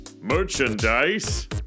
Merchandise